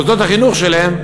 מוסדות החינוך שלהם,